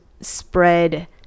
spread